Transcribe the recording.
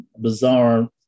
bizarre